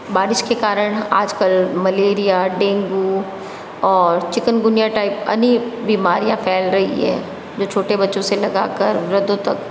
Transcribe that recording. बारिश के कारण आजकल मलेरिया डेंगू और चिकनगुनिया टाइप अनेक बीमारियाँ फैल रही हैं जो छोटे बच्चों से लगाकर वृद्धो तक